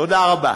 תודה רבה.